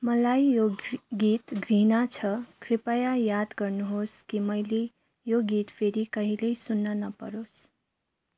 मलाई यो गीत घृणा छ कृपया याद गर्नुहोस् कि मैले यो गीत फेरि कहिल्यै सुन्न नपरोस्